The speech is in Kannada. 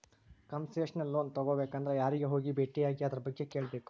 ಕನ್ಸೆಸ್ನಲ್ ಲೊನ್ ತಗೊಬೇಕಂದ್ರ ಯಾರಿಗೆ ಹೋಗಿ ಬೆಟ್ಟಿಯಾಗಿ ಅದರ್ಬಗ್ಗೆ ಕೇಳ್ಬೇಕು?